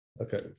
Okay